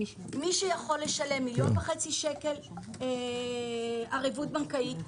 מי שיכול לשלם מיליון וחצי שקלים ערבות בנקאית,